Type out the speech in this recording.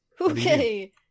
Okay